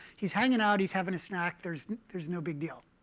he's hanging out. he's having a snack. there's there's no big deal.